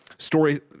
story